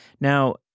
Now